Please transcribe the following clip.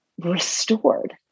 restored